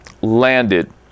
landed